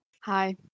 hi